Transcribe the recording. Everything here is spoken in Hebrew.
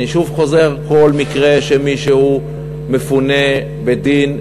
אני חוזר: בכל מקרה שמישהו מפונה בדין,